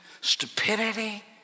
stupidity